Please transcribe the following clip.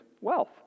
wealth